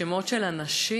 שמות של אנשים.